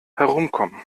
herumkommen